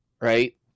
right